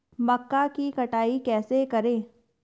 मक्का की कटाई कैसे करें?